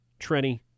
Trenny